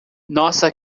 nossa